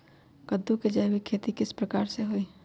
कददु के जैविक खेती किस प्रकार से होई?